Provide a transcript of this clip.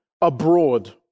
abroad